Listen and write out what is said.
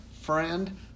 friend